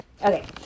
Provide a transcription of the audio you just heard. Okay